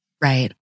Right